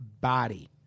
body